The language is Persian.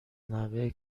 نحوه